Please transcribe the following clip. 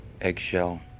Eggshell